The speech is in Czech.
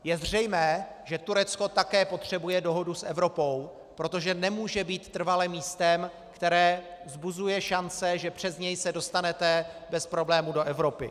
Je zřejmé, že Turecko také potřebuje dohodu s Evropou, protože nemůže být trvale místem, které vzbuzuje šance, že přes něj se dostanete bez problémů do Evropy.